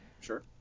Sure